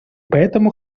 поэтому